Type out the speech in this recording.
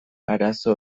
arazo